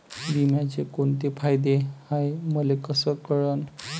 बिम्याचे कुंते फायदे हाय मले कस कळन?